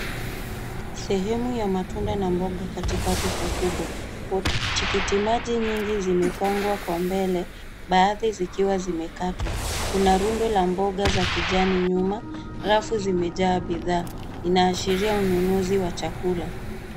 Sehemu ya matunda na mboga katika duka kubwa. Tikitimaji nyingi zimepangwa kwa mbele, Baadhi zikiwa zimekatwa. Kuna rundo la mboga za kijani nyuma. Rafu zimejaa bidhaa. Inaashiria ununuzi wa chakula.